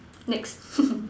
next